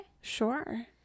Sure